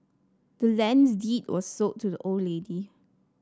the land's deed was sold to the old lady